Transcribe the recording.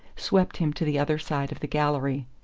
swept him to the other side of the gallery.